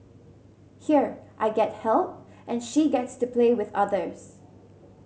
here I get help and she gets to play with others